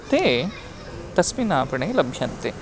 ते तस्मिन् आपणे लभ्यन्ते